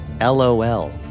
LOL